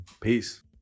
Peace